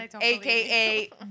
AKA